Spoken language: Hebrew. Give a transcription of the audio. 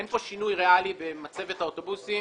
אין כאן שינוי ריאלי במצבת האוטובוסים.